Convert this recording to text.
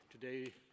Today